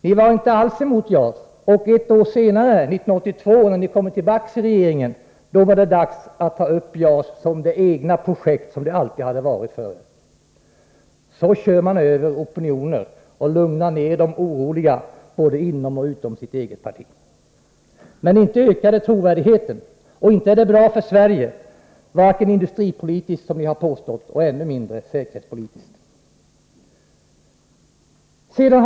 Ni var inte alls emot JAS, och ett år senare, 1982, när ni kommit tillbaka i regeringsställning var det dags att ta upp JAS som det egna projekt det alltid hade varit för er. Så kör man över opinioner och lugnar ner de oroliga både inom och utom sitt eget parti. Men inte ökar det trovärdigheten och inte är det bra för Sverige, varken industripolitiskt, som ni har påstått, eller, ännu mindre, säkerhetspolitiskt.